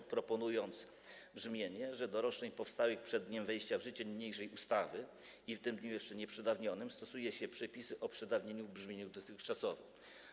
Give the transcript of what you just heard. Klub proponuje brzmienie: do roszczeń powstałych przed dniem wejścia w życie niniejszej ustawy i w tym dniu jeszcze nieprzedawnionych stosuje się przepisy o przedawnieniu w brzemieniu dotychczasowym.